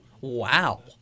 wow